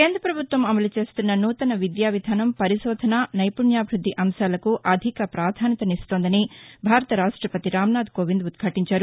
కేంద్ర ప్రభుత్వం అమలు చేస్తున్న నూతన విద్యా విధానం పరిశోధన నైపుణ్యాభివృద్ది అంశాలకు అధిక ప్రాధాన్యత ఇస్తోందని భారత రాష్టపతి రామ్ నాథ్ కోవింద్ ఉద్యాలించారు